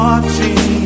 Watching